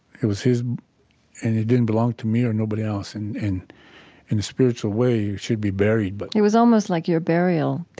it was his and it didn't belong to me or nobody else. and in in a spiritual way it should be buried but, it was almost like your burial,